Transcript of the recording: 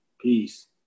peace